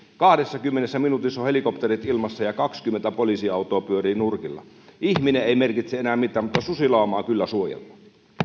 kahdessakymmenessä minuutissa ovat helikopterit ilmassa ja kaksikymmentä poliisiautoa pyörii nurkilla ihminen ei merkitse enää mitään mutta susilaumaa kyllä suojellaan